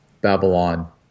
Babylon